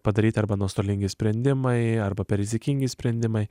padaryti arba nuostolingi sprendimai arba per rizikingi sprendimai